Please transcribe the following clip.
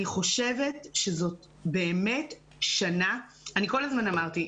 אני חושבת שזאת שנה אני כל הזמן אמרתי,